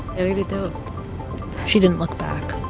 i really do she didn't look back